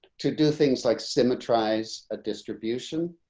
to do things like symmetrize a distribution.